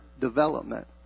development